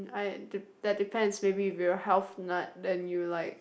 I de~ that depends maybe if you're a health nut then you'll like